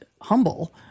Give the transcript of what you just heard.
humble